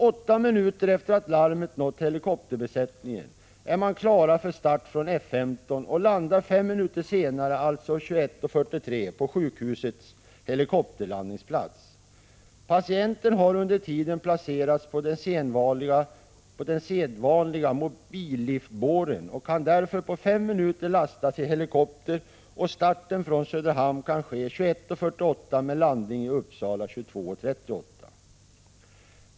Åtta minuter efter det att larmet nått helikopterbesättningen är man klar för start från F 15 och landar 5 minuter senare, alltså kl. 21.43 på sjukhusets helikopterlandningsplats. Patienten har under tiden placerats på den sedvanliga mobilliftbåren och kan därför på fem minuter lastas i helikopter, och starten från Söderhamn kan ske kl. 21.48 med landning i Uppsala kl. 22.38.